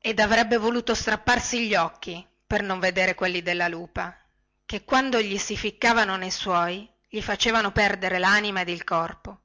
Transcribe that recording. ed avrebbe voluto strapparsi gli occhi per non vedere quelli della lupa che quando gli si ficcavano ne suoi gli facevano perdere lanima ed il corpo